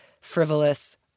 frivolous